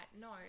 no